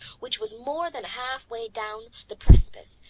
which was more than half way down the precipice,